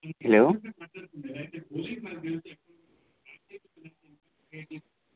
hello